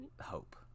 hope